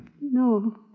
No